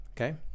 Okay